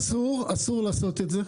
אסור לעשות את זה.